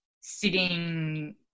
sitting